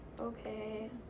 okay